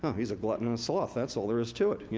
he's a gluttonous sloth, that's all there is to it.